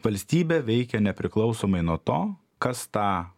valstybė veikia nepriklausomai nuo to kas tą